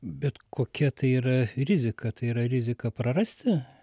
bet kokia tai yra rizika tai yra rizika prarasti